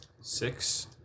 six